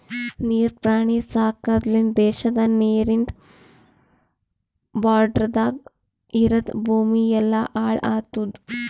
ನೀರ್ ಪ್ರಾಣಿ ಸಾಕದ್ ಲಿಂತ್ ದೇಶದ ನೀರಿಂದ್ ಬಾರ್ಡರದಾಗ್ ಇರದ್ ಭೂಮಿ ಎಲ್ಲಾ ಹಾಳ್ ಆತುದ್